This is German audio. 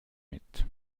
mit